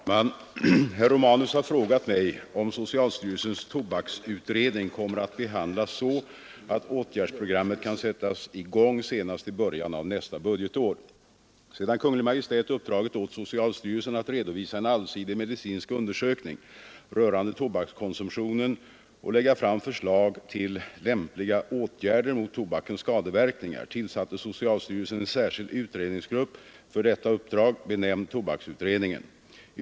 Herr talman! Herr Romanus har frågat mig om socialstyrelsens tobaksutredning kommer att behandlas så att åtgärdsprogrammet kan sättas i gång senast i början av nästa budgetår. Sedan Kungl. Maj:t uppdragit åt socialstyrelsen att redovisa en allsidig medicinsk undersökning rörande tobakskonsumtionen och lägga fram förslag till lämpliga åtgärder mot tobakens skadeverkningar tillsatte socialstyrelsen en särskild utredningsgrupp för detta uppdrag, benämnd tobaksutredningen.